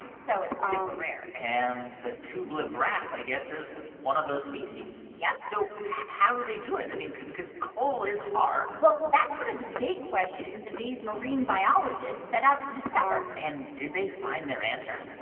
so it's super rare and the tubelip wrasse, i guess, is one of those species yep so how do they do it? i mean, because coral is hard well, that's one of the big questions that these marine biologists set out to discover and did they find their answer?